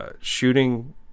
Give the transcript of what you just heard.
shooting